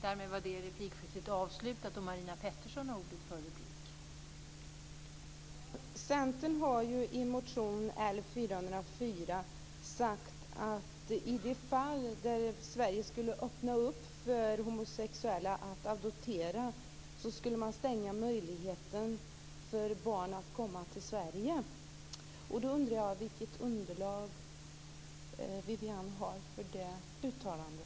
Fru talman! Centern säger i motion L404 att i det fall Sverige skulle öppna för homosexuella att adoptera skulle man stänga möjligheten för barn att komma till Sverige. Vilket underlag har Viviann Gerdin för det uttalandet?